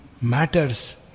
matters